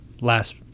Last